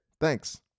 Thanks